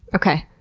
okay.